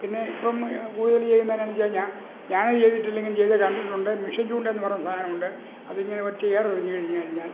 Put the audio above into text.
പിന്നെ ഇപ്പം കൂടതൽ ചെയ്യുന്നതിനാണെന്നു വച്ചാൽ ഞാൻ അത് ചെയ്തിട്ടില്ലെങ്കിലും ചെയ്ത കണ്ടിട്ടുണ്ട് മിഷന് ചൂണ്ടയെന്ന് പറയുന്ന സാധനമുണ്ട് അതിങ്ങനെ ഒറ്റയേറെറിഞ്ഞു കഴിഞ്ഞ് കഴിഞ്ഞാൽ